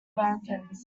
americans